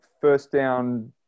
first-down